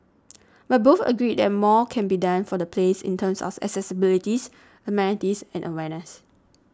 but both agreed that more can be done for the place in terms of accessibility amenities and awareness